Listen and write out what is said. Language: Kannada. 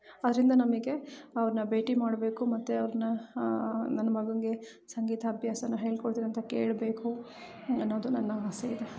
ಅದರಿಂದ ನಮಗೆ ಅವ್ರನ್ನ ಭೇಟಿ ಮಾಡಬೇಕು ಮತ್ತು ಅವ್ರನ್ನ ನನ್ನ ಮಗನಿಗೆ ಸಂಗೀತ ಅಭ್ಯಾಸನ ಹೇಳ್ಕೊಡ್ತೀರಾಂತ ಕೇಳಬೇಕು ಅನ್ನೋದು ನನ್ನಆಸೆ ಇದೆ